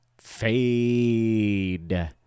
Fade